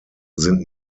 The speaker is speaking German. sind